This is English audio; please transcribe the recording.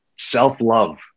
Self-love